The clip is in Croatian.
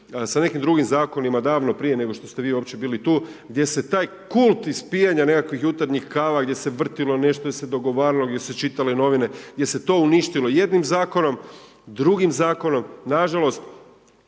sa nekim drugim zakonima, davno prije nego što ste vi uopće bili tu gdje se taj kult ispijanja nekakvih jutarnjih kava, gdje se vrtilo nešto, gdje se dogovaralo, gdje su se čitale novine, gdje se to uništilo jednim zakonom, drugim zakonom, nažalost,